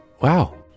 Wow